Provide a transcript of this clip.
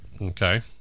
Okay